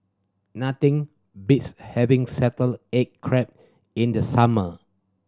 nothing beats having salted egg crab in the summer